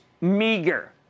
meager